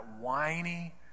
whiny